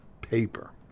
paper